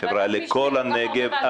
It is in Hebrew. לכל הנגב,